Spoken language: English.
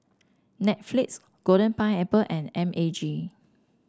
Netflix Golden Pineapple and M A G